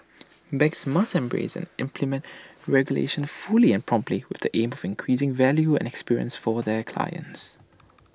banks must embrace and implement regulation fully and promptly with the aim of increasing value and experience for their clients